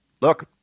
look